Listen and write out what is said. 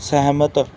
ਸਹਿਮਤ